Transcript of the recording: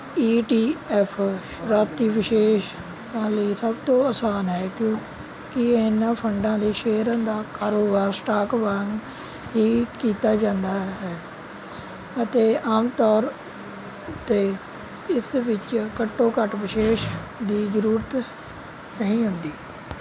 ਈ T F ਸ਼ੁਰੂਆਤੀ ਵਿਸ਼ੇਸ਼ਕਾਂ ਲਈ ਸਭ ਤੋਂ ਆਸਾਨ ਹੈ ਕਿਉਂਕਿ ਇਨ੍ਹਾਂ ਫੰਡਾਂ ਦੇ ਸ਼ੇਅਰਾਂ ਦਾ ਕਾਰੋਬਾਰ ਸਟਾਕ ਵਾਂਗ ਹੀ ਕੀਤਾ ਜਾਂਦਾ ਹੈ ਅਤੇ ਆਮ ਤੌਰ ਉੱਤੇ ਇਸ ਵਿੱਚ ਘੱਟੋ ਘੱਟ ਵਿਸ਼ੇਸ਼ ਦੀ ਜ਼ਰੂਰਤ ਨਹੀਂ ਹੁੰਦੀ